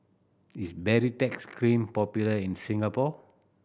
is Baritex Cream popular in Singapore